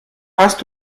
hast